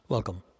Welcome